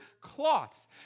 cloths